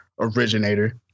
originator